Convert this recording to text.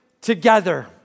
together